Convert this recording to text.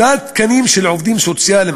נדרשת הקצאת תקנים של עובדים סוציאליים,